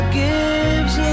gives